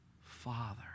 father